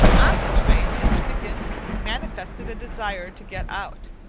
on the train mr. mcginty manifested a desire to get out,